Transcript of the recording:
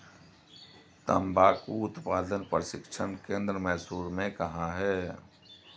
तंबाकू उत्पादन प्रशिक्षण केंद्र मैसूर में कहाँ है?